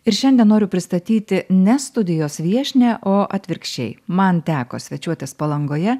ir šiandien noriu pristatyti ne studijos viešnią o atvirkščiai man teko svečiuotis palangoje